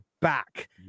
back